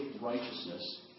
righteousness